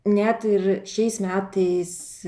net ir šiais metais